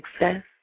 success